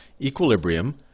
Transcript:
equilibrium